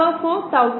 ഇവ ഓരോന്നായി നോക്കാം